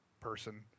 person